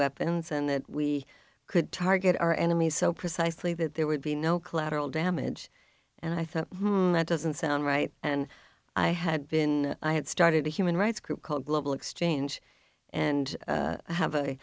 weapons and that we could target our enemies so precisely that there would be no collateral damage and i thought that doesn't sound right and i had been i had started a human rights group called global exchange and have a